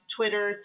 Twitter